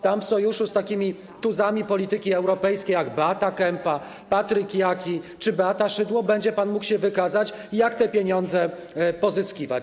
Tam w sojuszu z takimi tuzami polityki europejskiej, jak Beata Kempa, Patryk Jaki czy Beata Szydło, będzie pan mógł się wykazać, jak te pieniądze pozyskiwać.